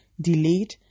delayed